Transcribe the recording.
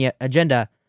agenda